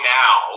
now